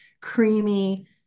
creamy